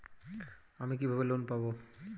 আমি কিভাবে লোন পাব?